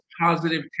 positive